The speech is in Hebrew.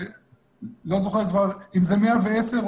לא זוכר אם זה 110,